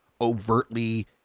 overtly